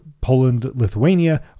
Poland-Lithuania